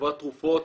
בחברת תרופות.